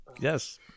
Yes